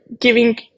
giving